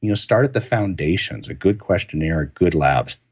you know start at the foundations, a good questionnaire, a good lab,